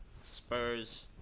Spurs